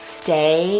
stay